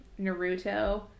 Naruto